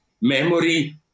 memory